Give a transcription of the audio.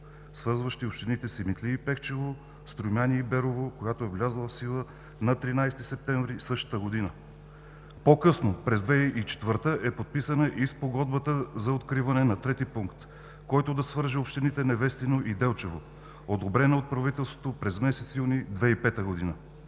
свързващи общините Симитли и Пехчево, Струмяни и Берово, която е влязла в сила на 13 септември същата година. По-късно, през 2004 г., е подписана и Спогодбата за откриване на трети пункт, който да свърже общините Невестино и Делчево, одобрена от правителството през месец юни 2005 г.